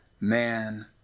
man